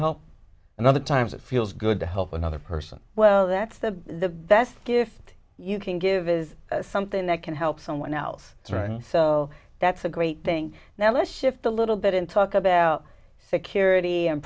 help and other times it feels good to help another person well that's the best gift you can give is something that can help someone else right so that's a great thing now let's shift a little bit and talk about security and